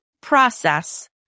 process